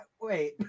wait